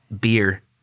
Beer